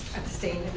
abstain?